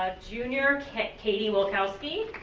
ah junior katie wilcowski.